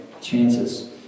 chances